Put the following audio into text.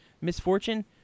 misfortune